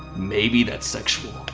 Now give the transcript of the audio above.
maybe that's sexual.